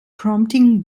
prompting